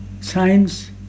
Science